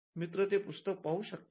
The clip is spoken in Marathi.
मित्र ते पुस्तक पाहू शकतात